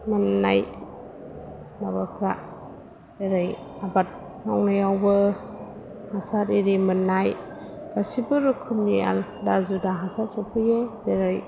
मोननाय माबाफ्रा जेरै आबाद मावनायावबो हासार एरि मोननाय गासैबो रोखोमनि आलादा जुदा हासार सफैयो जेरै